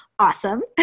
awesome